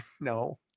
No